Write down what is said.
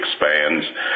expands